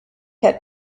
had